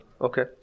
Okay